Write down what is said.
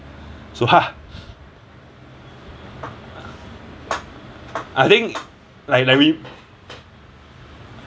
so ha I think like like we